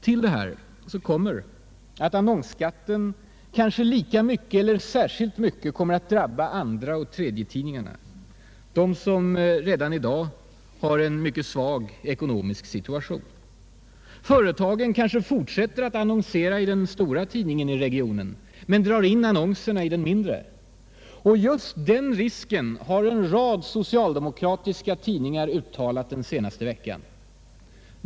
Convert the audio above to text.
Till detta kommer att annonsskatten kanske lika mycket eller särskilt mycket kommer att drabba andraeller tredjetidningarna — de som redan i dag befinner sig i en mycket svag ekonomisk situation. Företagen kanske fortsätter att annonsera i den stora tidningen i regionen men drar in annonserna i den mindre. Just den risken har en rad socialdemokratiska tidningar uttalat den senaste veckan.